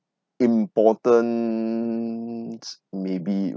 importance maybe